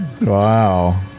Wow